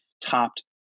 topped